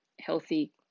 healthy